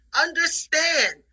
understand